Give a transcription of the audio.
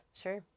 Sure